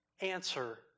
Answer